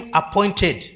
appointed